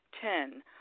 Ten